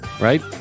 Right